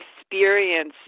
experience